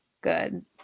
good